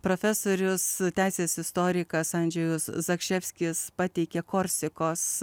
profesorius teisės istorikas andžejus zakšefskis pateikė korsikos